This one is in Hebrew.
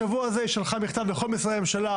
בשבוע הזה היא שלחה מכתב לכל משרדי הממשלה